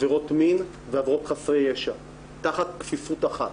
עבירות מין ועבירות בחסרי ישע תחת כפיפות אחת,